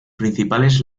principales